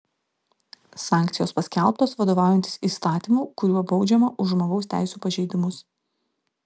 sankcijos paskelbtos vadovaujantis įstatymu kuriuo baudžiama už žmogaus teisių pažeidimus